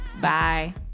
bye